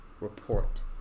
report